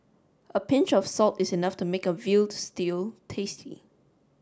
a pinch of salt is enough to make a veal stew tasty